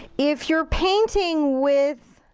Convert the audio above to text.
if you're painting with